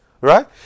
right